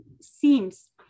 seems